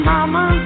Mama